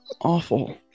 awful